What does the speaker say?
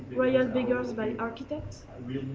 royal beggars but architects